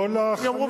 יאמרו,